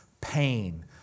pain